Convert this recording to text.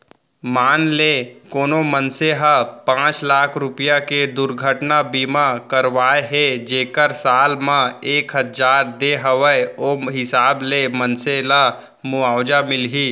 मान ले कोनो मनसे ह पॉंच लाख रूपया के दुरघटना बीमा करवाए हे जेकर साल म एक हजार दे हवय ओ हिसाब ले मनसे ल मुवाजा मिलही